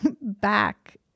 back